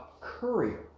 courier